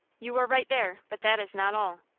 you are right there but that is not all.